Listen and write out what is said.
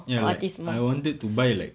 ya like I wanted to buy like